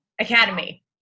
Academy